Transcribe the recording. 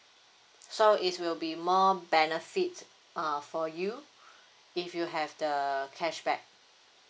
so it will be more benefits err for you if you have the cashback